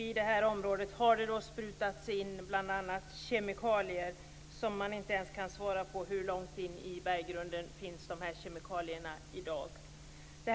I det här området har det sprutats in kemikalier, och man kan inte svara på hur långt in i berggrunden de kemikalierna finns i dag.